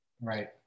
Right